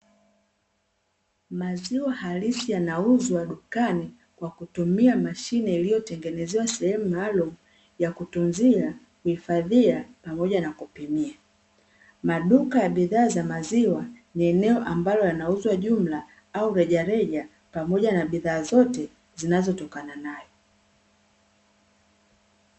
Maziwa halisi yanauzwa dukani kwa kutumia mashine iliyotengenezewa sehemu maalumu ya kutunzia, kuhifadhia pamoja na kupimia. Maduka ya bidhaa za maziwa ni eneo ambalo yanauzwa jumla au rejareja pamoja na bidhaa zote zinazotokana nayo.